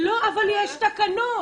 אבל יש תקנות.